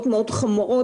עכשיו זה בתיק הרפואי,